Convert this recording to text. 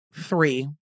three